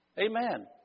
Amen